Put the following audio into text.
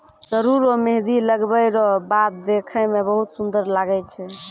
सरु रो मेंहदी लगबै रो बाद देखै मे बहुत सुन्दर लागै छै